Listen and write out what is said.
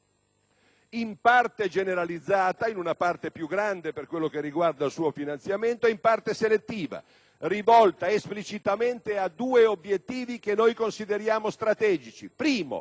in parte generalizzata (la quota maggiore per quanto riguarda il suo finanziamento), e in parte selettiva, rivolta esplicitamente a due obiettivi che consideriamo strategici.